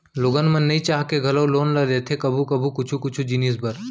लोगन मन नइ चाह के घलौ लोन ल लेथे कभू कभू कुछु कुछु जिनिस बर